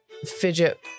Fidget